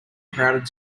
crowded